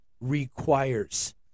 requires